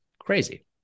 Crazy